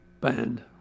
band